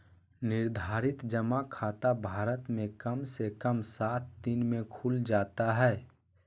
निर्धारित जमा खाता भारत मे कम से कम सात दिन मे खुल जाता हय